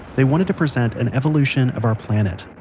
they wanted to present an evolution of our planet.